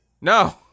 No